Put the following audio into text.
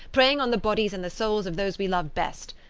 preying on the bodies and the souls of those we love best.